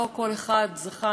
לא כל אחד זכה.